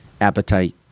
appetite